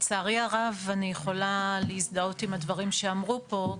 לצערי הרב, אני יכולה להזדהות עם הדברים שאמרו פה.